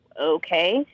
okay